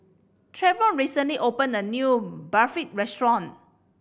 Treyvon recently opened a new Barfi restaurant